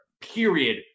period